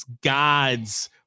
God's